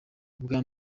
ubwa